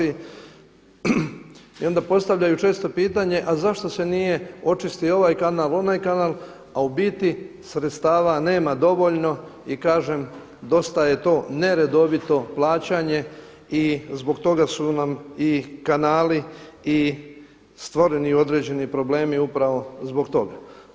I onda postavljaju često pitanje, a zašto se nije očistio ovaj kanal, onaj kanal, a u biti sredstava nema dovoljno i kažem dosta je to neredovito plaćanje i zbog toga su nam i kanali i stvoreni određeni problemi upravo zbog toga.